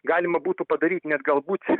galima būtų padaryt net galbūt